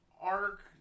arc